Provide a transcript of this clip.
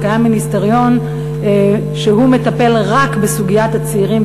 שקיים מיניסטריון שמטפל רק בסוגיית הצעירים